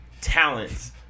talents